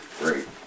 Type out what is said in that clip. Great